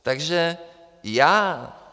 Takže já...